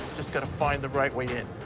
just gotta find the right way in.